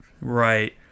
right